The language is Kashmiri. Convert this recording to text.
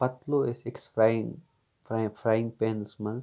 پَتہٕ تُلو أسۍ أکس فراینگ فراینگ پینس منٛز